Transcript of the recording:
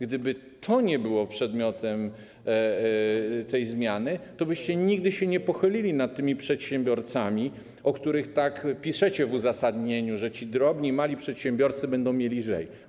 Gdyby to nie było przedmiotem tej zmiany, to byście nigdy się nie pochylili nad tymi przedsiębiorcami, o których tak piszecie w uzasadnieniu, że ci drobni, mali przedsiębiorcy będą mieli lżej.